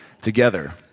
together